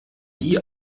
die